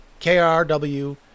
KRW